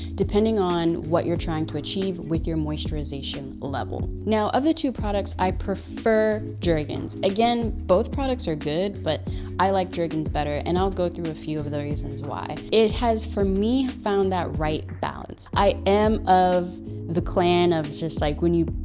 depending on what you're trying to achieve with your moisturization level. now of the two products, i prefer jergens. again, both products are good but i like jergens better and i'll go through a few of of the reasons why. it has for me found that right balance. i am of the clan of just like when you,